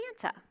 Santa